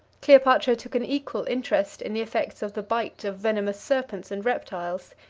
cleopatra took an equal interest in the effects of the bite of venomous serpents and reptiles.